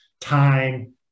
time